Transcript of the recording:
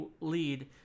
lead